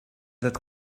that